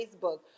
Facebook